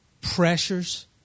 pressures